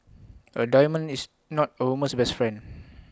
A diamond is not A woman's best friend